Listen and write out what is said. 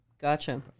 Gotcha